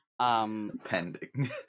Pending